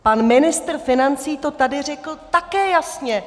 Pan ministr financí to tady řekl také jasně.